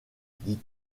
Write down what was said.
dit